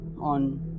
on